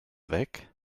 weg